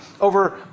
over